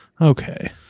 Okay